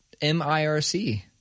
MIRC